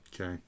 Okay